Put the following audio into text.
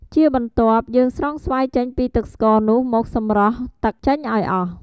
ជាបន្ទាប់ យើងស្រង់ស្វាយចេញពីទឹកស្ករនោះមកសម្រស់ទឹកចេញឱ្យអស់។